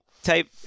type